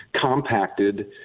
compacted